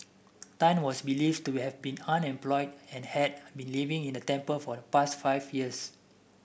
Tan was believed to have been unemployed and had been living in the temple for the past five years